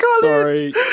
Sorry